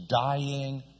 dying